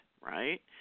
right